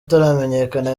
utaramenyekana